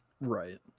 right